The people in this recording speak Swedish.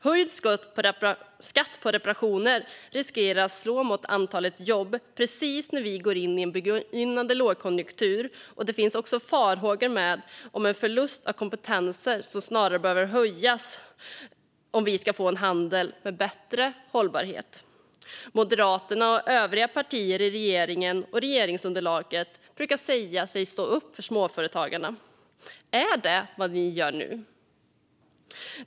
Höjd skatt på reparationer riskerar att slå mot antalet jobb precis när vi går in i en lågkonjunktur. Det finns också farhågor om förlust av kompetens, som snarare behöver höjas om vi ska få en handel med bättre hållbarhet. Moderaterna och övriga partier i regeringen och regeringsunderlaget brukar säga att de står upp för småföretagarna. Är det vad de gör nu?